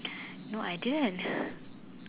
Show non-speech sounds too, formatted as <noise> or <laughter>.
no I didn't <breath>